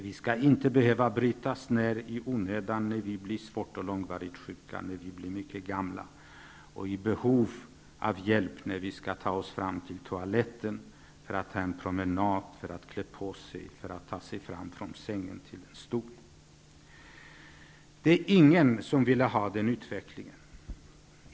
Vi skall inte behöva brytas ner i onödan när vi blir svårt och långvarigt sjuka, när vi blir mycket gamla och i behov av hjälp för att ta oss fram till toaletten, för att ta en promenad, klä på oss, för att ta oss fram från sängen till en stol. Det är ingen som vill ha den utvecklingen.